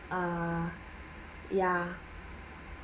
err ya